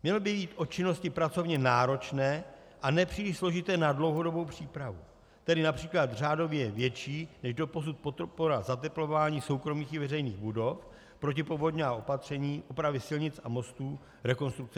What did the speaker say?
Mělo by jít o činnosti pracovně náročné a nepříliš složité na dlouhodobou přípravu, tedy např. řádově větší než doposud podpora zateplování soukromých i veřejných budov, protipovodňová opatření, opravy silnic a mostů, rekonstrukce památek.